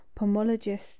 pomologists